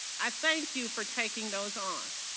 i thank you for taking those on.